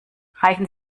reichen